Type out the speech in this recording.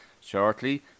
shortly